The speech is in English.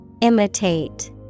Imitate